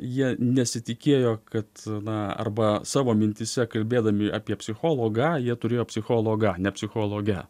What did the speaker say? jie nesitikėjo kad na arba savo mintyse kalbėdami apie psichologą jie turėjo psichologą ne psichologę